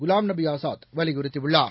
குலாம்நபி ஆசாத் வலியுறுத்தியுள்ளார்